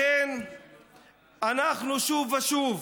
לכן אנחנו שוב ושוב,